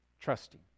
trusting